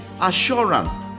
assurance